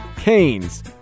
Canes